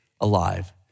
alive